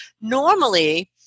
Normally